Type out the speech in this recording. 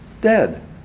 dead